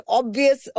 obvious